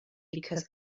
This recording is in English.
because